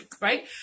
right